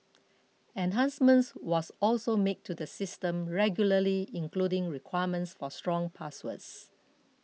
enhancements are also made to the system regularly including requirements for strong passwords